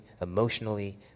emotionally